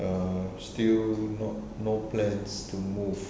ah still not no plans to move